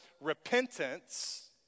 repentance